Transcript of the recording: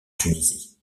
tunisie